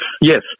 yes